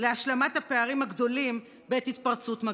להשלמת הפערים הגדולים בעת התפרצות מגפה.